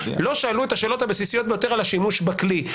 לא שאלו את השאלות הבסיסיות ביותר על השימוש בכלי,